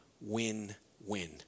win-win